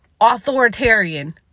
authoritarian